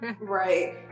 Right